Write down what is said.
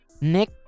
Nick